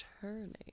turning